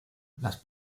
las